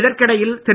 இதற்கிடையில் திரு